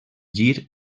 gir